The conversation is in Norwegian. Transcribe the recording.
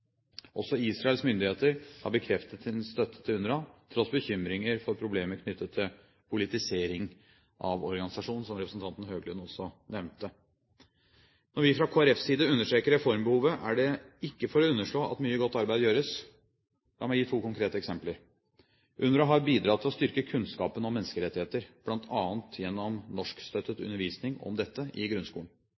Også Israels myndigheter har bekreftet sin støtte til UNRWA tross bekymringer for problemer knyttet til politisering av organisasjonen, som representanten Høglund også nevnte. Når vi fra Kristelig Folkepartis side understreker reformbehovet, er det ikke for å underslå at mye godt arbeid gjøres. La meg gi to konkrete eksempler: UNRWA har bidratt til å styrke kunnskapen om menneskerettigheter, bl.a. gjennom norskstøttet undervisning om dette i grunnskolen.